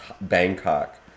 Bangkok